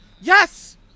Yes